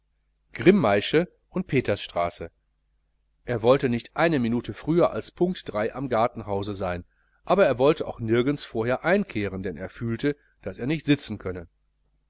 grimmaische und petersstraße er wollte nicht eine minute früher als punkt uhr am gartenhause sein aber er wollte auch nirgends vorher einkehren denn er fühlte daß er nicht sitzen könnte